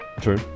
True